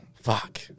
Fuck